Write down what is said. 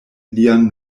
lian